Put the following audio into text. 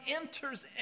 enters